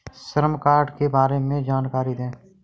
श्रम कार्ड के बारे में जानकारी दें?